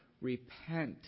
repent